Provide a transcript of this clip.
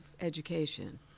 education